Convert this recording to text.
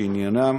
שעניינם